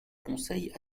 conseille